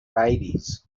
babies